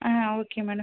ah okay madam